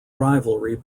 rivalry